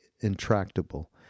intractable